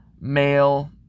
male